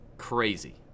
crazy